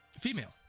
Female